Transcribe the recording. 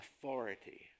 authority